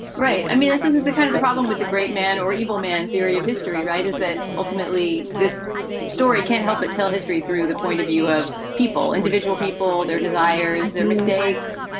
right. i mean, this is is the kind of the problem with the great man or evil man theory of history. right. is that ultimately this story can't help but tell history through the point of view of people, individual people, their desires, their mistakes.